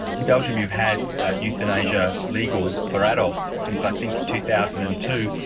in belgium you've had euthanasia legal for adults since i think two thousand and two.